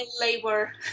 labor